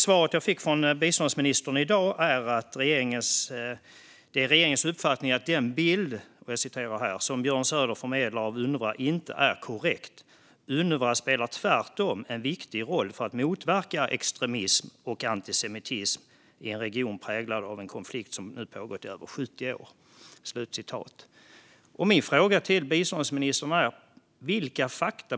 Svaret jag fick från biståndsministern i dag var att: Det är regeringens uppfattning att den bild som Björn Söder förmedlar av UNRWA inte är korrekt. UNRWA spelar tvärtom en viktig roll för att motverka extremism och antisemitism i en region präglad av en konflikt som nu har pågått i över 70 år.